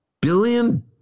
billion